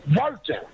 working